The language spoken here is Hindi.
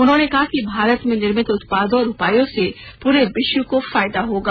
उन्होंने कहा कि भारत में निर्मित उत्पादों और उपायों से पूरे विश्व को फायदा होगा